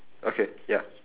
okay ya